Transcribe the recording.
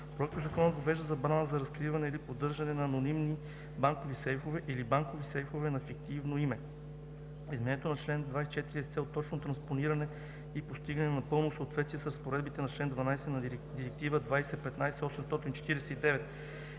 Проектозаконът въвежда забрана за разкриване или поддържане на анонимни банкови сейфове или банкови сейфове на фиктивно име. Изменението на чл. 24 е с цел точно транспониране и постигане на пълно съответствие с разпоредбите на чл. 12 на Директива (ЕС) 2015/849,